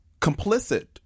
complicit